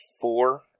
four